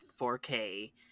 4k